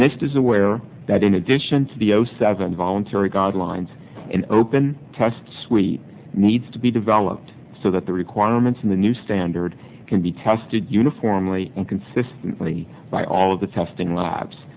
next is aware that in addition to the zero seven voluntary guidelines and open tests we need to be developed so that the requirements in the new standard can be tested uniformly and consistently by all of the testing labs